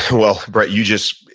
well brett, you just,